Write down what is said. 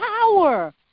power